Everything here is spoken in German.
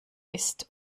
ist